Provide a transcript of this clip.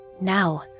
Now